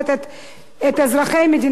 אזרחי מדינת ישראל.